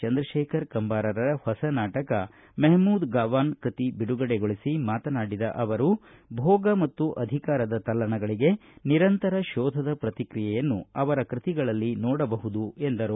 ಚಂದ್ರಶೇಖರ ಕಂಬಾರರ ಹೊಸ ನಾಟಕ ಮಹಮೂದ್ ಗವಾನ್ ಕೃತಿ ಬಿಡುಗಡೆಗೊಳಿಸಿ ಮಾತನಾಡಿದ ಅವರು ಭೋಗ ಮತ್ತು ಅಧಿಕಾರದ ತಲ್ಲಣಗಳಿಗೆ ನಿರಂತರ ಶೋಧದ ಪ್ರತಿಕ್ರಿಯೆಯನ್ನು ಅವರ ಕೃತಿಗಳಲ್ಲಿ ನೋಡಬಹುದು ಎಂದರು